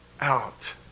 out